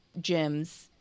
gyms